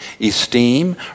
esteem